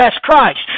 Christ